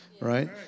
right